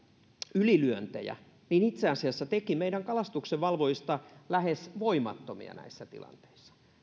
ylilyöntejä itse asiassa teki meidän kalastuksenvalvojista lähes voimattomia näissä tilanteissa